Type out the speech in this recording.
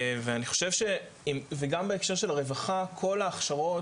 אני חושב גם בהקשר של הרווחה כל ההכשרות